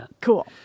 Cool